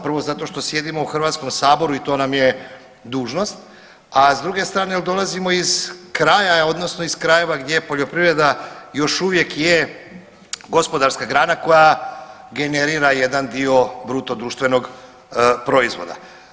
Prvo zato što sjedimo u Hrvatskom saboru i to nam je dužnost, a s druge strane jer dolazimo iz kraja, odnosno iz krajeva gdje poljoprivreda još uvijek je gospodarska grana koja generira jedan dio bruto društvenog proizvoda.